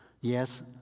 Yes